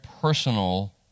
personal